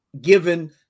given